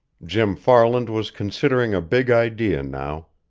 jim farland was considering a big idea now.